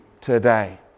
today